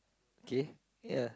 okay yeah